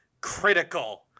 critical